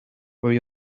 where